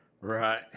Right